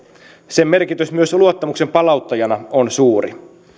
sen merkitys myös luottamuksen palauttajana on suuri